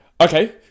Okay